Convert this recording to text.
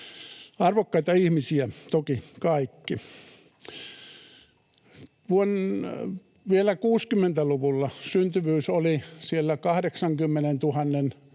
Arvokkaita ihmisiä toki kaikki. Vielä 60-luvulla syntyvyys oli siellä 80 000:n